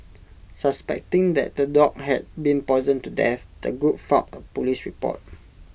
suspecting that the dog had been poisoned to death the group filed A Police report